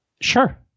Sure